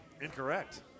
incorrect